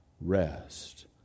rest